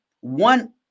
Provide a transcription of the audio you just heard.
One